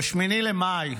ב-8 במאי,